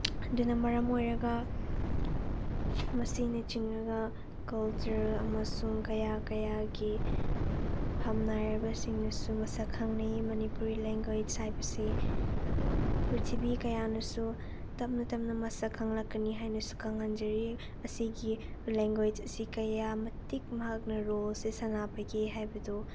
ꯑꯗꯨꯅ ꯃꯔꯝ ꯑꯣꯏꯔꯒ ꯃꯁꯤꯅ ꯆꯤꯡꯉꯒ ꯀꯜꯆꯔꯦꯜ ꯑꯃꯁꯨꯡ ꯀꯌꯥ ꯀꯌꯥꯒꯤ ꯐꯝꯅꯥꯏꯔꯕꯁꯤꯡꯅꯁꯨ ꯃꯁꯛ ꯈꯪꯅꯩ ꯃꯅꯤꯄꯨꯔꯤ ꯂꯦꯡꯒ꯭ꯋꯦꯁ ꯍꯥꯏꯕꯁꯤ ꯄ꯭ꯔꯤꯊꯤꯕꯤ ꯀꯌꯥꯅꯁꯨ ꯇꯞꯅ ꯇꯞꯅ ꯃꯁꯛ ꯈꯪꯂꯛꯀꯅꯤ ꯍꯥꯏꯅꯁꯨ ꯈꯪꯍꯟꯖꯔꯤ ꯑꯁꯤꯒꯤ ꯂꯦꯡꯒ꯭ꯋꯦꯁ ꯑꯁꯤ ꯀꯌꯥ ꯃꯇꯤꯛ ꯃꯍꯥꯛꯅ ꯔꯣꯜꯁꯦ ꯁꯥꯟꯅꯕꯒꯦ ꯍꯥꯏꯕꯗꯨ